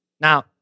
Now